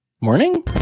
Morning